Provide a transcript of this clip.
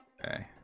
Okay